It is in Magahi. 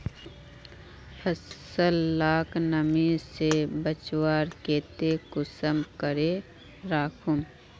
फसल लाक नमी से बचवार केते कुंसम करे राखुम?